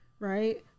right